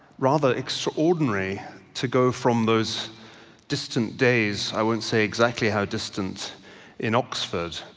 rather extraordinary to go from those distant days, i wouldn't say exactly how distant in oxford,